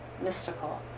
mystical